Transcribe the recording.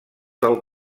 del